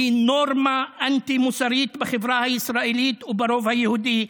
היא נורמה אנטי-מוסרית בחברה הישראלית וברוב היהודי,